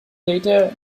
later